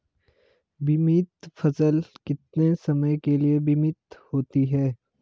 बीमित फसल कितने समय के लिए बीमित होती है?